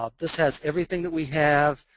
ah this has everything that we have.